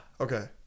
Okay